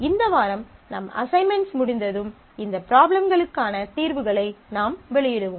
இந்த வாரம் நம் அசைன்மென்ட்ஸ் முடிந்ததும் இந்த ப்ராப்ளகளுக்கான தீர்வுகளை நாம் வெளியிடுவோம்